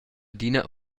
adina